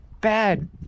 bad